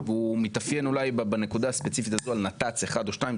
והוא מתאפיין אולי בנקודה הספציפית הזו על נת"צ אחד או שניים,